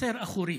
חצר אחורית,